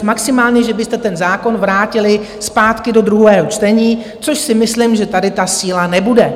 Maximálně že byste ten zákon vrátili zpátky do druhého čtení, což si myslím, že tady ta síla nebude.